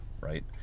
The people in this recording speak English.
right